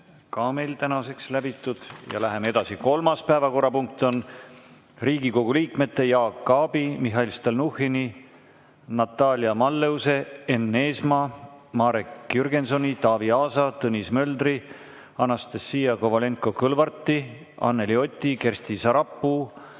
täna läbitud. Läheme edasi. Kolmas päevakorrapunkt on Riigikogu liikmete Jaak Aabi, Mihhail Stalnuhhini, Natalia Malleuse, Enn Eesmaa, Marek Jürgensoni, Taavi Aasa, Tõnis Möldri, Anastassia Kovalenko-Kõlvarti, Anneli Oti, Kersti Sarapuu,